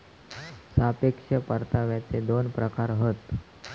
सापेक्ष परताव्याचे दोन प्रकार हत